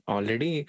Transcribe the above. Already